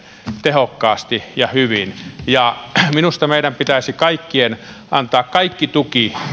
tehokkaasti ja hyvin minusta meidän pitäisi kaikkien antaa kaikki tuki